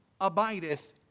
abideth